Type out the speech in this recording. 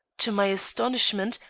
to my astonishment,